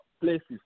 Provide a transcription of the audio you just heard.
places